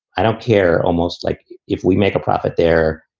i don't care. almost like if we make a profit there,